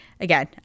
Again